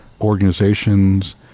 organizations